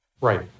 right